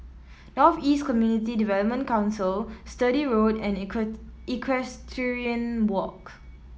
North East Community Development Council Sturdee Road and Equestrian Walk